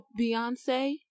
Beyonce